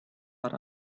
but